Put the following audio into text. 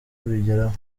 kubigeraho